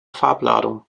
farbladung